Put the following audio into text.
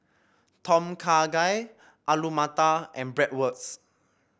Tom Kha Gai Alu Matar and Bratwurst